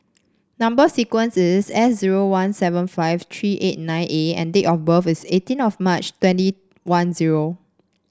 number sequence is S zero one seven five three eight nine A and date of birth is eighteen of March twenty one zero